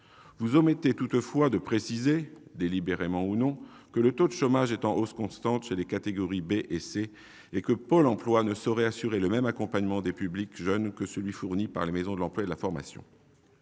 Vous omettez toutefois de préciser, délibérément ou non, que le taux de chômage est en hausse constante chez les catégories B et C et que Pôle emploi ne saurait assurer le même accompagnement des publics jeunes que celui que fournissent les maisons de l'emploi et de la formation